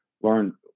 learn